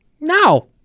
no